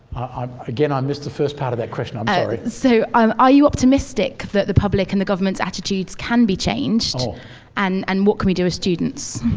um again, i missed the first part of that question. but student so um are you optimistic that the public and the government's attitudes can be changed and and what can we do as students?